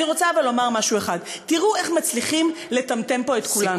אבל אני רוצה לומר משהו אחד: תראו איך מצליחים לטמטם פה את כולנו.